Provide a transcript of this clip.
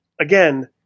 again